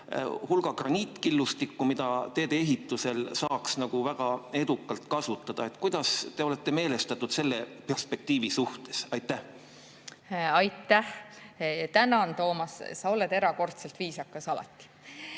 hulk graniitkillustikku, mida tee-ehitusel saaks väga edukalt kasutada. Kuidas te olete meelestatud selle perspektiivi suhtes? Aitäh! Tänan, Toomas, sa oled alati erakordselt viisakas!